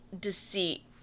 deceit